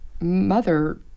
mother